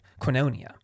quinonia